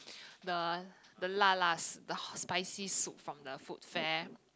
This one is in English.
the the la la the spicy soup from the food fair